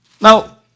Now